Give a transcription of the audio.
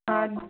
पांच